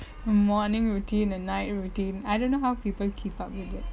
morning routine a night routine I don't know how people keep up with it